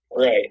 Right